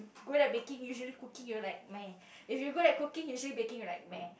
good at baking usually cooking you are like meh if you good at cooking usually baking you are like meh